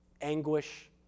anguish